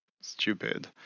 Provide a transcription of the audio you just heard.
stupid